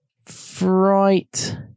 fright